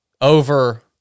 over